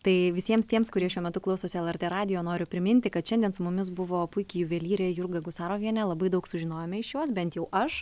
tai visiems tiems kurie šiuo metu klausosi lrt radijo noriu priminti kad šiandien su mumis buvo puiki juvelyrė jurga gusarovienė labai daug sužinojome iš jos bent jau aš